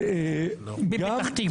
בפתח תקווה.